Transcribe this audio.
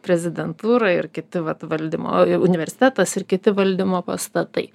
prezidentūra ir kiti vat valdymo universitetas ir kiti valdymo pastatai